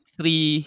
Three